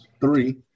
three